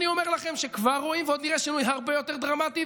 ואני אומר לכם שכבר רואים ועוד נראה שינוי הרבה יותר דרמטי,